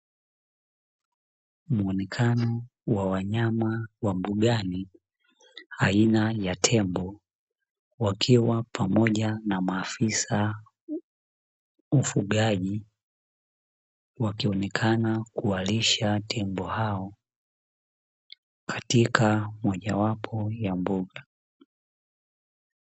Muonekano wa wanyama wa mbugani aina ya tembo wakiwa pamoja na maafisa ufugaji, wakionekana kuwalisha tembo hao katika moja wapo ya mbuga.